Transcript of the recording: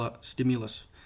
stimulus